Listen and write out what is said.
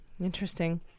interesting